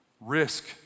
Risk